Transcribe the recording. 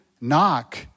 knock